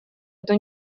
эту